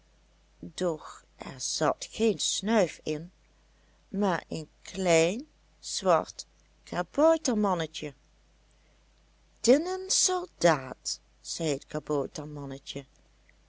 doch er zat geen snuif in maar een klein zwart kaboutermannetje tinnen soldaat zei het kaboutermannetje